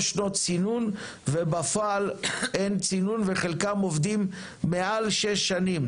שנות צינון ובפועל אין צינון וחלקם עובדים מעל שש שנים.